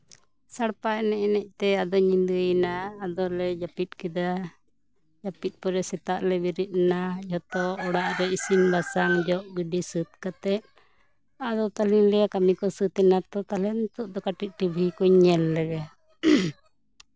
ᱥᱟᱲᱯᱟ ᱮᱱᱮᱡ ᱮᱱᱮᱡᱛᱮ ᱟᱫᱚ ᱧᱤᱫᱟᱹᱭᱮᱱᱟ ᱟᱫᱚᱞᱮ ᱡᱟᱹᱯᱤᱫ ᱠᱮᱫᱟ ᱡᱟᱹᱯᱤᱫ ᱯᱚᱨᱮ ᱥᱮᱛᱟᱜᱞᱮ ᱵᱮᱨᱮᱫ ᱮᱱᱟ ᱡᱚᱛᱚ ᱚᱲᱟᱜ ᱨᱮ ᱤᱥᱤᱱ ᱵᱟᱥᱟᱝ ᱡᱚᱜ ᱜᱤᱰᱤ ᱥᱟᱹᱛ ᱠᱟᱛᱮᱜ ᱟᱫᱚ ᱛᱟᱦᱚᱞᱮᱧ ᱞᱟᱹᱭᱟ ᱠᱟᱹᱢᱤ ᱠᱚ ᱥᱟᱹᱛ ᱱᱟᱛᱚ ᱛᱟᱦᱚᱞᱮ ᱱᱤᱛᱚᱜ ᱫᱚ ᱠᱟᱹᱴᱤᱡ ᱴᱤᱵᱷᱤ ᱠᱚᱧ ᱧᱮᱞ ᱞᱮᱜᱮ